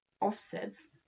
offsets